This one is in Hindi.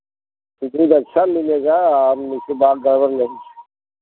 तो दूध अच्छा मिलेगा अब इसके बाद गड़बड़ नहीं